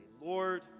Lord